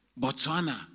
Botswana